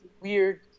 weird